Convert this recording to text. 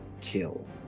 kill